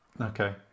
Okay